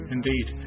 Indeed